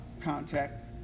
contact